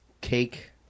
cake